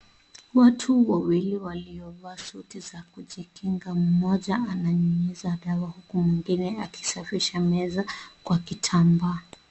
Watu wawili waliovaa suti za kujikinga, mmoja ananyunyiza dawa huku mwingine akisafisha meza kwa kitambaa.